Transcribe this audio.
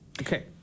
Okay